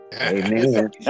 amen